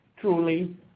Truly